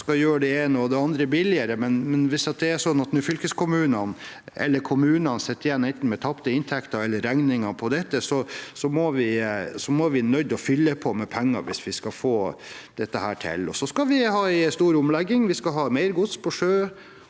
som skal gjøre det ene og det andre billigere. Hvis det er sånn at fylkeskommunene eller kommunene sitter igjen med enten tapte inntekter eller regninger her, er vi nødt til å fylle på med penger hvis vi skal få dette til. Så skal vi ha en stor omlegging. Vi skal ha mer gods på sjø